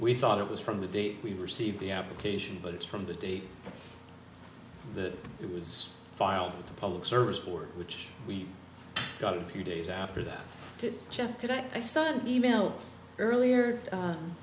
we thought it was from the date we received the application but it's from the date that it was filed with the public service for which we got a few days after that to jeff could i son email earlier